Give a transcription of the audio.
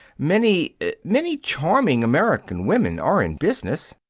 many many charming american women are in business.